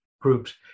groups